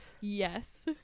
yes